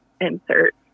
insert